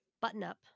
button-up